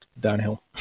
downhill